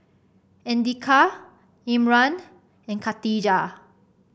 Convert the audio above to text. Andika Imran and Khatijah